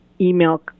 email